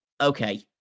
okay